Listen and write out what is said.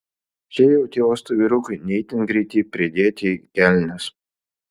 šiaip jau tie uosto vyrukai ne itin greiti pridėti į kelnes